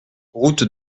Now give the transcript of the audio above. route